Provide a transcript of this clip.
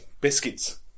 biscuits